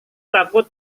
takut